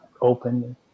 open